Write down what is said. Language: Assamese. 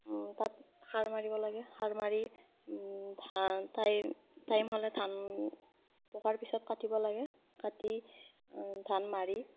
তাত সাৰ মাৰিব লাগে সাৰ মাৰি ধান টাই টাইম হ'লে ধান পকাৰ পিছত কাটিব লাগে কাটি ধান মাৰি